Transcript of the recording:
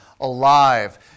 alive